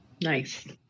Nice